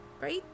right